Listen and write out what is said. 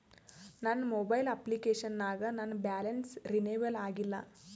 ನನ್ನ mobile application ನಾಗ ನನ್ ಬ್ಯಾಲೆನ್ಸ್ ರೀನೇವಲ್ ಆಗಿಲ್ಲ